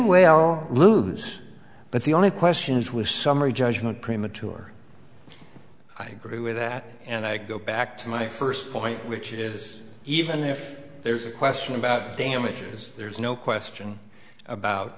well lose but the only question is was summary judgment premature i agree with that and i go back to my first point which is even if there's a question about damages there's no question about